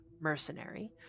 mercenary